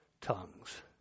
tongues